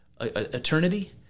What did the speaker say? eternity